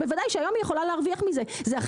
בוודאי שהיום היא יכולה לעשות את זה ולהרוויח מזה,